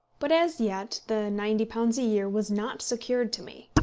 but as yet the ninety pounds a year was not secured to me.